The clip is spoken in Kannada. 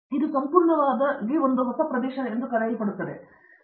ಆದ್ದರಿಂದ ಇದು ಸಂಪೂರ್ಣವಾಗಿ ಪ್ರದೇಶವನ್ನು ಒಳಗೊಂಡಿರುತ್ತದೆ ಸರಿ